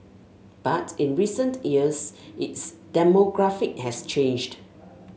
but in recent years its demographic has changed